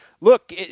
look